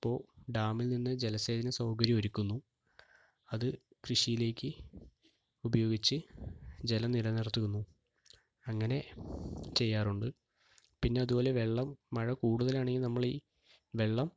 അപ്പോൾ ഡാമിൽ നിന്ന് ജലസേചനസൗകര്യം ഒരുക്കുന്നു അത് കൃഷിയിലേക്ക് ഉപയോഗിച്ച് ജലം നിലനിർത്തുന്നു അങ്ങനെ ചെയ്യാറുണ്ട് പിന്നെ അതുപോലെ വെള്ളം മഴ കൂടുതലാണെങ്കിൽ നമ്മൾ ഈ വെള്ളം